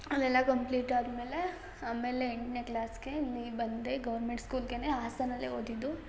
ಅವೆಲ್ಲ ಕಂಪ್ಲೀಟ್ ಆದಮೇಲೆ ಆಮೇಲೆ ಎಂಟನೇ ಕ್ಲಾಸ್ಗೆ ಇಲ್ಲಿ ಬಂದೆ ಗೌರ್ಮೆಂಟ್ ಸ್ಕೂಲ್ಗೆ ಹಾಸನದಲ್ಲೇ ಓದಿದ್ದು